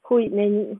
who